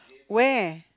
where